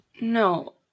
No